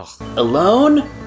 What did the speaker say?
Alone